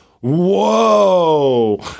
whoa